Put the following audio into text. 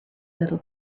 little